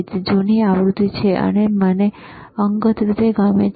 આ જૂની આવૃત્તિ છે અને મને અંગત રીતે ગમે છે